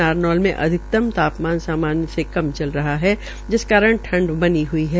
नारनौल में अधिकतम तापमान सामान्य से कम चल रहा है जिस कारण ठंड बनी हुई है